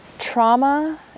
Trauma